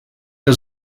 der